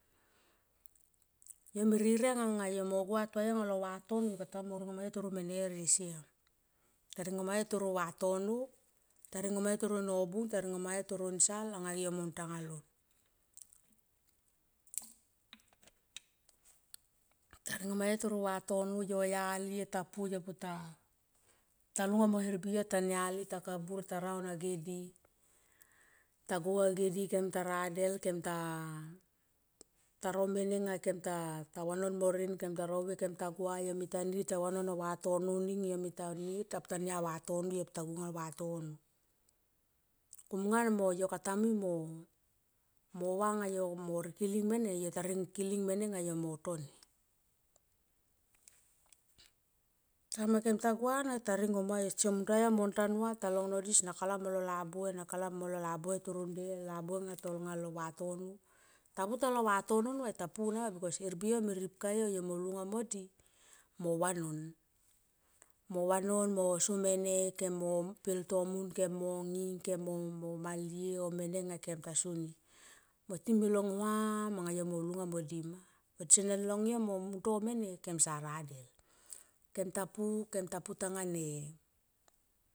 Yo me rireng anga yo mo gua tua yo anga lo vatono yo katamui mo ringo mayo toro mene rie siam. Ta ringo ma yo roto vatono ta ringo ma yo to nobung taringo ma yo nsal anga yo mo tanga lon. Ta ringo ma yo toro vatoro yo yali yo ta pu yo puta ta lunga mo hermbi yo tania li takabur ta raun age di ta go nga ge di taradel kem ta, ta romene nga ta vanon mo nen kem ta rovie kem ta gua yo mi ta nir yo mi ta vanon oh vatono ning ta nir tapu tania vatono ta pu ta gua anga vatono kom nga mo, mo va ng yo mo rikiling mene yo ta riking mene nga yo mo toni. Tim anga kem ta gua na ta ringo ma yo tison mun ta yo mon tanua yo mon tanua mon tanua yo mon tanua na ta long no di sana kalap molo ia buhe sona kalap molo labuhe tonga toron nde tanga lo vatono. Ta pu talo vatono nu va tapu nama her bi yo me ripka yo mo lunga mo di mo vanon, mo vanon mo so mene kem mo pelta mun kem no nging kemo malie oh mene nga kem mo soni mo ti me long huam ang yo mo lunga modi. Mo tisane long yo mo to mene kem sa radel kem ta pu kem ta pu tanga ne.